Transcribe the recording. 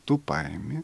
tu paimi